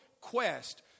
quest